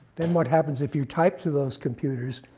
then what happens if you type to those computers?